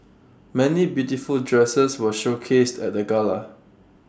many beautiful dresses were showcased at the gala